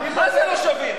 הם לא שווים?